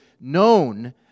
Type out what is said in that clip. known